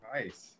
Nice